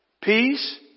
Peace